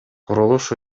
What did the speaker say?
курулуш